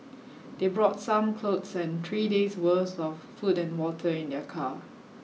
they brought some clothes and three days’ worth of food and water in their car.